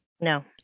No